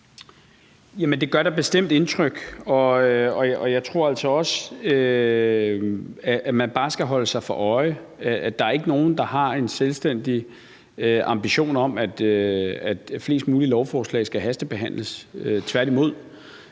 det gør da bestemt indtryk, men jeg tror altså også bare, man skal holde sig for øje, at der ikke er nogen, der har en selvstændig ambition om, at flest mulige lovforslag skal hastebehandles, tværtimod.